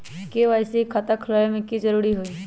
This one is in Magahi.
के.वाई.सी के खाता खुलवा में की जरूरी होई?